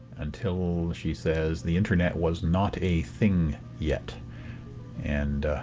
until she says the internet was not a thing yet and.